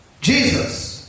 Jesus